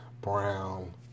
brown